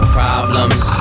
problems